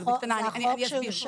אני אסביר.